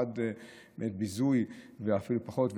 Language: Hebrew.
עד ביזוי ואפילו פחות,